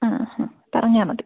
ആ ആ പറഞ്ഞാൽ മതി